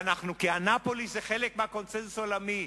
כי אנאפוליס זה חלק מהקונסנזוס העולמי.